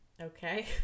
okay